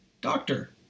Doctor